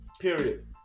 Period